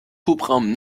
hubraum